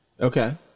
okay